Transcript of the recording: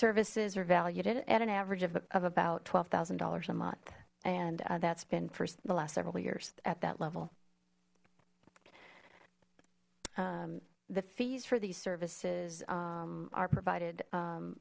services are valued at an average of about twelve thousand dollars a month and that's been for the last several years at that level the fees for these services are provided